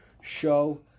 show